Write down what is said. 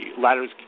ladders